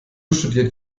studiert